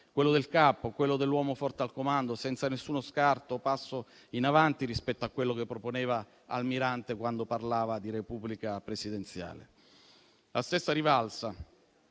quello del capo, quello dell'uomo forte al comando, senza alcuno scarto o passo in avanti rispetto a quello che proponeva Almirante quando parlava di Repubblica presidenziale; la stessa rivalsa